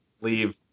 leave